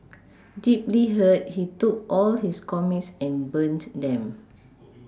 deeply hurt he took all his comics and burnt them